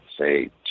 say